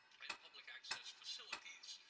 and public access facilities,